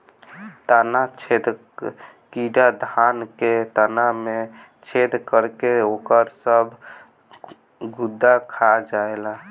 तना छेदक कीड़ा धान के तना में छेद करके ओकर सब गुदा खा जाएला